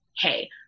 hey